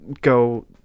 go